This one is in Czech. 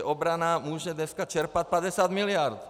Obrana může dneska čerpat 50 miliard.